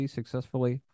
successfully